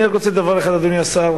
אני רק רוצה דבר אחד לציין, אדוני השר.